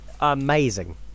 Amazing